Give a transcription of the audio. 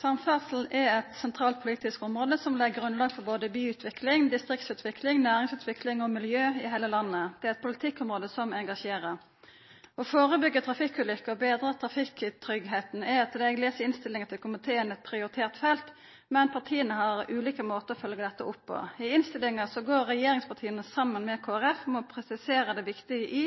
Samferdsel er eit sentralt politisk område som legg grunnlag både for byutvikling, distriktsutvikling, næringsutvikling og miljø i heile landet. Det er eit politikkområde som engasjerer. Å førebyggja trafikkulykker og betra trafikktryggleiken er etter det eg les i innstillinga frå komiteen, eit prioritert felt, men partia har ulike måtar å følgja dette opp på. I innstillinga går regjeringspartia saman med Kristeleg Folkeparti om å presisera det viktige i